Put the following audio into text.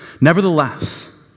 Nevertheless